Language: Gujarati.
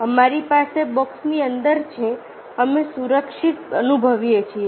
અમારી પાસે બોક્સની અંદર છે અમે સુરક્ષિત અનુભવીએ છીએ